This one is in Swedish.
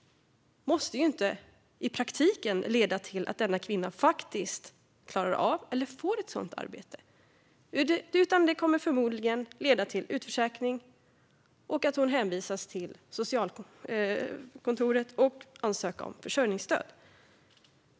Men det måste inte i praktiken leda till att denna kvinna faktiskt klarar av eller får ett sådant arbete. Förmodligen kommer det i stället att leda till utförsäkring och att hon hänvisas till socialkontoret för att ansöka om försörjningsstöd.